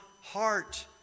heart